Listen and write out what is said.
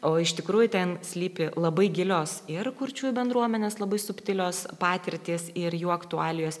o iš tikrųjų ten slypi labai gilios ir kurčiųjų bendruomenės labai subtilios patirtys ir jų aktualijos